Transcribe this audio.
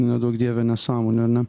neduok dieve nesąmonių a ne